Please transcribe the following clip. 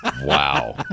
Wow